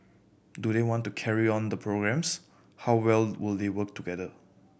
do they want to carry on the programmes how well will they work together